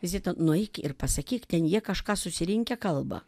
zita nueik ir pasakyk ten jie kažką susirinkę kalba